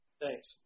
Thanks